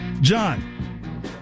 John